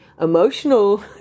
emotional